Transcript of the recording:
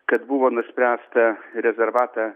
kad buvo nuspręsta rezervatą